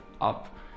up